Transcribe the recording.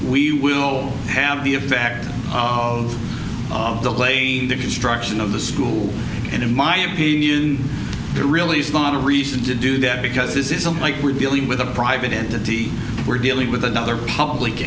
we will have the effect of the plane the construction of the school and in my opinion there really is not a reason to do that because this isn't like we're dealing with a private entity we're dealing with another public